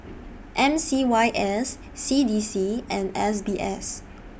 M C Y S C D C and S B S